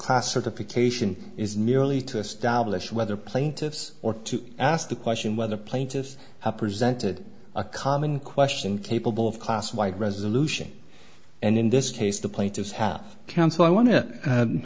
class certification is merely to establish whether plaintiffs or to ask the question whether plaintiffs presented a common question capable of class white resolution and in this case the plaintiffs have counsel i want